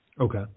okay